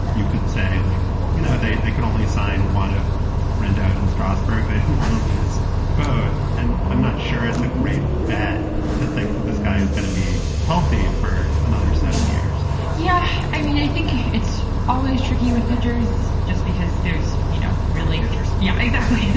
you could say, like, you know, they they could only sign one of rendon and strasburg. they want to lose both. and i'm not sure it's a great bet to think that this guy is going to be healthy for another seven years yeah. i mean, i think it's always tricky with pitchers just because there's, you know, really hitters. yeah, exactly. yeah